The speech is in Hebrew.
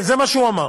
כן, זה מה שהוא אמר.